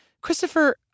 Christopher